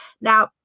now